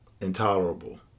Intolerable